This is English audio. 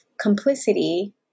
complicity